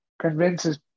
convinces